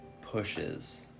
pushes